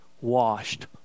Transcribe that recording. washed